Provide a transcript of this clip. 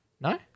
No